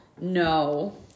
no